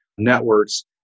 Networks